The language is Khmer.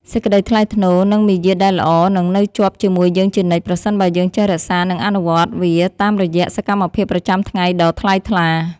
សេចក្តីថ្លៃថ្នូរ និង មារយាទដែលល្អនឹងនៅជាប់ជាមួយយើងជានិច្ចប្រសិនបើយើងចេះរក្សានិងអនុវត្តវាតាមរយៈសកម្មភាពប្រចាំថ្ងៃដ៏ថ្លៃថ្លា។